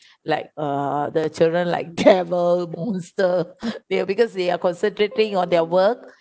like uh the children like terrible monster they because they are concentrating on their work